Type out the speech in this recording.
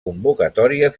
convocatòries